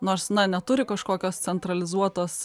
nors na neturi kažkokios centralizuotos